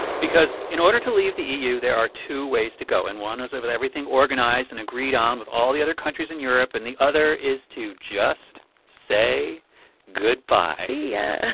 because in order to leave the eu, there are two ways to go. and one is with everything organized and agreed on with all the other countries in europe, and the other is to just say goodbye see yeah